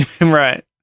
Right